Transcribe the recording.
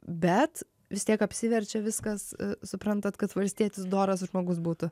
bet vis tiek apsiverčia viskas suprantat kad valstietis doras žmogus būtų